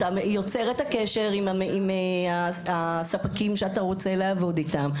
אתה יוצר את הקשר עם הספקים שאתה רוצה לעבוד איתם.